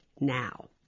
now